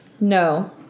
No